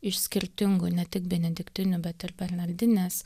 iš skirtingų ne tik benediktinių bet ir bernardinės